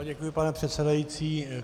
Děkuji, pane předsedající.